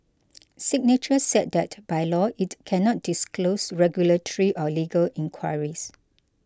signature said that by law it cannot disclose regulatory or legal inquiries